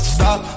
Stop